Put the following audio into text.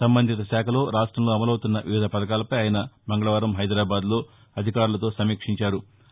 సంబంధిత శాఖలో రాష్ట్రంలో అమలవుతున్న వివిధ పథకాలపై ఆయన మంగళవారం హైదరాబాద్ లో అధికారులతో సమీక్షించారు